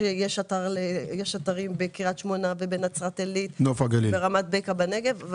יש אתרים בקרית שמונה, בנצרת עלית, ברמת בקע בנגב.